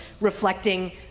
Reflecting